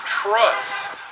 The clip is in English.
trust